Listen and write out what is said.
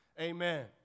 Amen